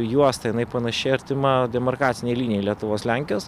juosta jinai panaši artima demarkacinei linijai lietuvos lenkijos